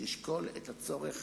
ותשקול את הצורך